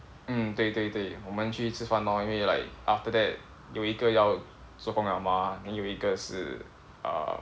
嗯对对对我们去吃饭 orh 因为 like after that 有一个要做工了嘛 then 又一个是 uh